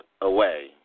away